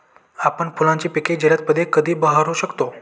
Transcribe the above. आपण फुलांची पिके जलदपणे कधी बहरू शकतो?